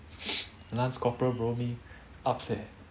lance corporal bro upz eh